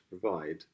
provide